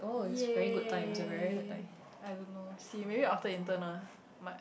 !yay! I don't know see maybe after intern ah might